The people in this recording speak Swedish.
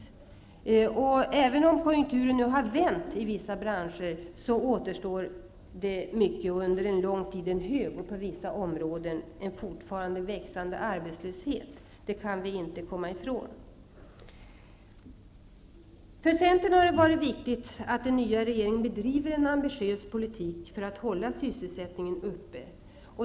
Även om konjunkturen nu har vänt i vissa branscher, återstår det under lång tid en hög och på vissa områden fortfarande växande arbetslöshet, vilket vi inte kan komma ifrån. Från centerns sida har det varit viktigt att den nya regeringen bedriver en ambitiös politik för att hålla sysselsättningen uppe.